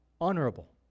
honorable